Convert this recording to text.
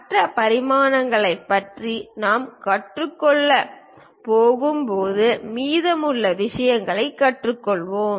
மற்ற பரிமாணங்களைப் பற்றி நாம் கற்றுக் கொள்ளப் போகும்போது மீதமுள்ள விஷயங்களைக் கற்றுக்கொள்வோம்